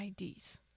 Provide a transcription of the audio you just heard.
IDs